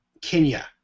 Kenya